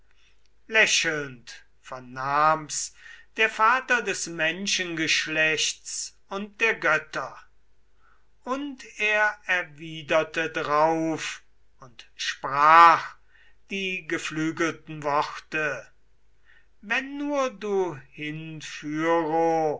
lächelnd vernahm's der vater des menschengeschlechts und der götter und er erwiderte drauf und sprach die geflügelten worte wenn nur du